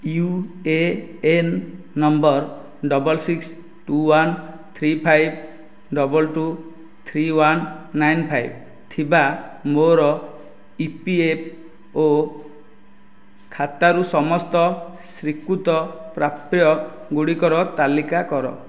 you A N number double six two one three five double two three one nine five ଥିବା ମୋର E P F O ଖାତାରୁ ସମସ୍ତ ସ୍ଵୀକୃତ ପ୍ରାପ୍ୟ ଗୁଡ଼ିକର ତାଲିକା କର